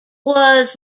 was